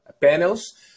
panels